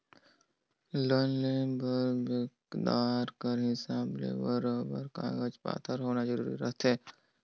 loan लेय बर बेंकदार कर हिसाब ले बरोबेर कागज पाथर होना जरूरी रहथे